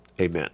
amen